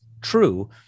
true